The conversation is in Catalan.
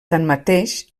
tanmateix